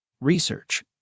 research